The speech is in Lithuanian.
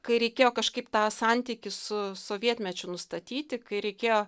kai reikėjo kažkaip tą santykį su sovietmečiu nustatyti kai reikėjo